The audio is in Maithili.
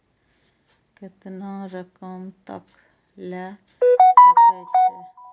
केतना रकम तक ले सके छै?